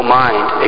mind